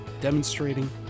demonstrating